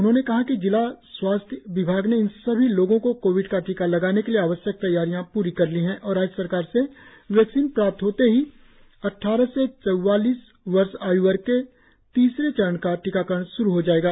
उन्होंने कहा कि जिला स्वास्थ्य विभाग ने इन सभी लोगो को कोविड का टीका लगाने के लिए आवश्यक तैयारियां पूरी कर ली है और राज्य सरकार से वैक्सीन प्राप्त होते ही तीसरे चरण का टीकाकरण शुरु हो जाएगा